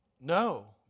No